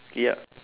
yup